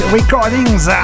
Recordings